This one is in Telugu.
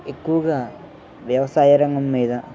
ఎక్కువగా వ్యవసాయా రంగం మీద